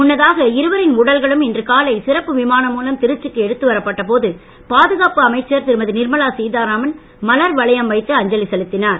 முன்னதாக இருவரின் உடல்களும் இன்று காலை சிறப்பு விமானம் மூலம் திருச்சிக்கு எடுத்து வரப்பட்ட போது பாதுகாப்பு அமைச்சர் திருமதி நிர்மலா சீதாராமன் மலர் வளையம் வைத்து அஞ்சலி செலுத்தினார்